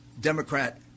Democrat